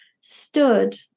stood